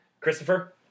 Christopher